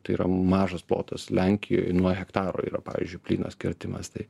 tai yra mažas plotas lenkijoj nuo hektaro yra pavyzdžiui plynas kirtimas tai